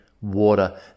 water